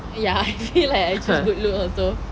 ya I feel like I choose good looks also